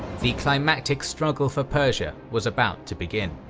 the climactic struggle for persia was about to begin.